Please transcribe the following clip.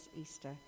Easter